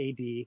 AD